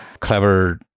clever